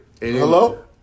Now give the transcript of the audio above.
Hello